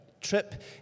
trip